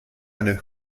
eine